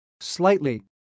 slightly